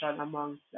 amongst